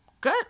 Good